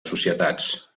societats